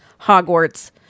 Hogwarts